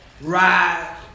ride